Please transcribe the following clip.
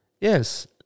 Yes